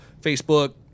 Facebook